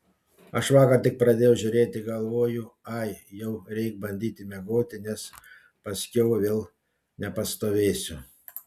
aš vakar tik pradėjau žiūrėti galvoju ai jau reik bandyti miegoti nes paskiau vėl nepastovėsiu